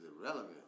irrelevant